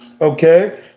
Okay